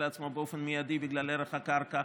לעצמו באופן מיידי בגלל ערך הקרקע,